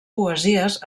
poesies